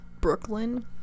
Brooklyn